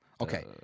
Okay